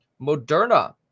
Moderna